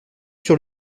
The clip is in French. sur